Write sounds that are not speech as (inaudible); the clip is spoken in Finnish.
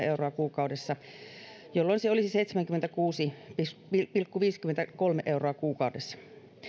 (unintelligible) euroa kuukaudessa jolloin se olisi seitsemänkymmentäkuusi pilkku viisikymmentäkolme euroa kuukaudessa